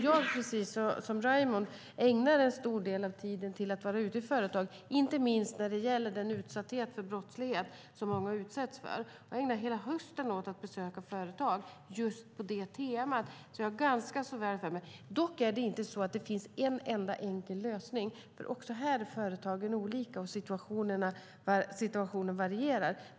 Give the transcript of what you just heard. Jag, precis som Raimo, ägnar en stor del av tiden till att vara ute på företagen, inte minst för att diskutera den brottslighet som många utsätts för. Jag har ägnat hela hösten åt att besöka företag just på det temat, så jag är ganska väl insatt i problemet. Dock finns det inte en enda enkel lösning på det, för även här är företagen olika och situationen varierar.